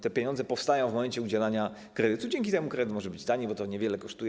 Te pieniądze powstają w momencie udzielania kredytu, dzięki czemu kredyt może być tani, bo to niewiele kosztuje.